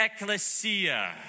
ecclesia